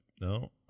No